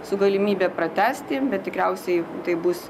su galimybe pratęsti bet tikriausiai taip bus